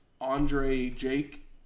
Andre-Jake